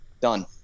done